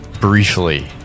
briefly